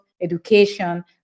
education